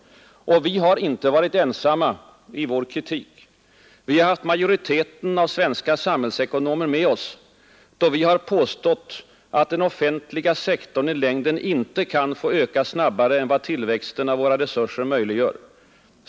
Och vi har inte varit ensamma i vår kritik. Vi har haft majoriteten av svenska samhällsekonomer med oss, då vi påstått att den offentliga sektorn i längden inte kan få öka snabbare än vad tillväxten av våra resurser möjliggör.